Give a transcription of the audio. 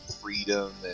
freedom